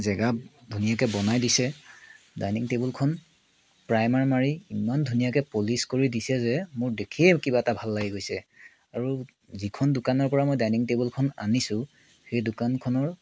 জেগা ধুনীয়াকৈ বনাই দিছে ডাইনিং টেবুলখন প্ৰাইমাৰ মাৰি ইমান ধুনীয়াকৈ পলিছ কৰি দিছে যে মোৰ দেখিয়ে কিবা এটা ভাল লাগি গৈছে আৰু যিখন দোকানৰ পৰা মই ডাইনিং টেবুলখন আনিছোঁ সেই দোকানখনৰ